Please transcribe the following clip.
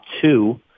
two